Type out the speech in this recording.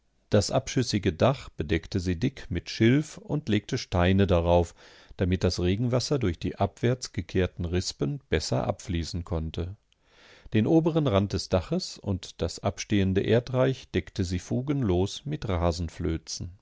das abschüssige dach bedeckte sie dick mit schilf und legte steine darauf damit das regenwasser durch die abwärts gekehrten rispen besser abfließen konnte den oberen rand des daches und das abstehende erdreich deckte sie fugenlos mit